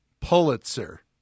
Pulitzer